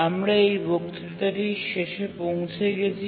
আমরা এই বক্তৃতাটির শেষে পৌঁছে গেছি